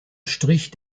strich